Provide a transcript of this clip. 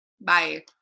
Bye